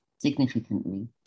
Significantly